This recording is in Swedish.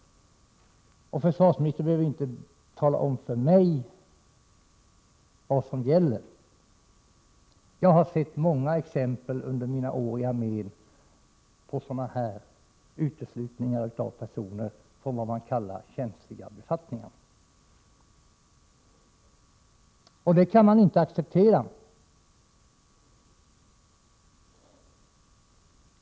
Försvarsministern behöver inte tala om för mig vilka regler som gäller. Jag har under mina år i armén sett många exempel på dessa s.k. uteslutningar av personer från vad man kallar känsliga befattningar. Detta kan inte accepteras.